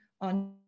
on